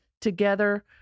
together